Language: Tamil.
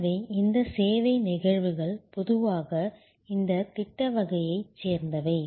எனவே இந்த சேவை நிகழ்வுகள் பொதுவாக இந்த திட்ட வகையைச் சேர்ந்தவை